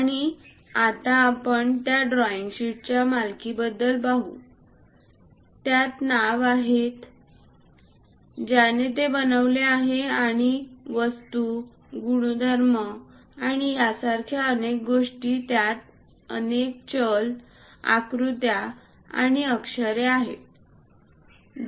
आणि आता आपण त्या ड्रॉईंग शीटच्या मालकीबद्दल पाहू त्यात नाव आहेत ज्याने ते बनवले आहे आणि वस्तू गुणधर्म आणि यासारख्याअनेक गोष्टी त्यात अनेक चल आकृत्या आणि अक्षरे आहेत